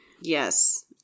Yes